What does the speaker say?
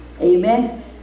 Amen